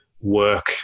work